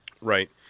Right